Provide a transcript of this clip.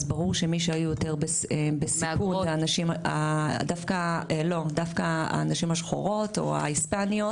אז ברור שמי שהיו יותר בסיכון זה דווקא הנשים השחורות או ההיספאניות.